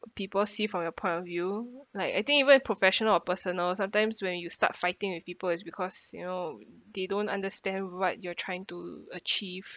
people see from your point of view like I think even professional or personal sometimes when you start fighting with people is because you know they don't understand what you're trying to achieve